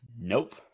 nope